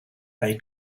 they